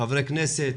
חברי הכנסת,